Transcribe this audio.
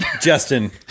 Justin